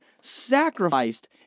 sacrificed